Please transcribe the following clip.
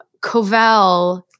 Covell